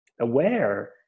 aware